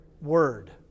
word